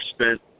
spent